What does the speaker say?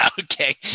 Okay